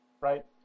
right